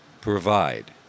provide